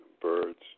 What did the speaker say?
birds